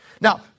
Now